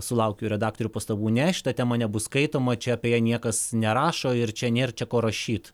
sulaukiu redaktorių pastabų ne šitą temą nebus skaitoma čia apie ją niekas nerašo ir čia nėr čia ko rašyt